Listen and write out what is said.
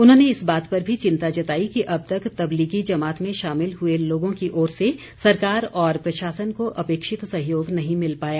उन्होंने इस बात पर भी चिंता जताई कि अब तक तबलीगी जमात में शामिल हुए लोगों की ओर से सरकार और प्रशासन को अपेक्षित सहयोग नहीं मिल पाया